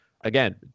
again